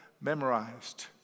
memorized